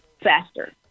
faster